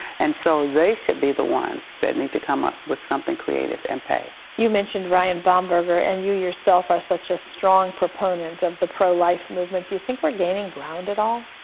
and so they should be the ones that need to come up with something creative and pay. you mentioned ryan baumberger and you yourself are such a proponent of the pro life movement. do you think we are gaining ground at all?